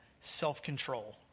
self-control